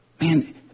Man